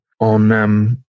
on